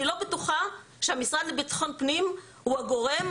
אני לא בטוחה שהמשרד לביטחון פנים הוא הגורם